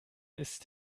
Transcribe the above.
ist